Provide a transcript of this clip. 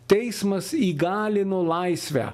teismas įgalino laisvę